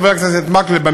חבר הכנסת מקלב,